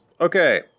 Okay